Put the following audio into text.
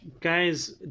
guys